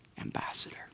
ambassador